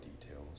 details